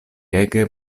ege